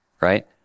right